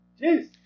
Jeez